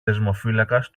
δεσμοφύλακας